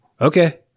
Okay